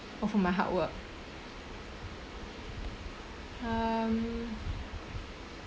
oh for my hard work um